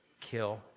kill